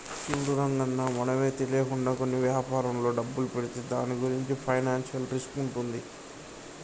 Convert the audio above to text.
చూడు రంగన్న మనమే తెలియకుండా కొన్ని వ్యాపారంలో డబ్బులు పెడితే దాని గురించి ఫైనాన్షియల్ రిస్క్ ఉంటుంది